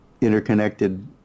interconnected